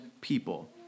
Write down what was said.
people